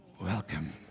welcome